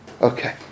Okay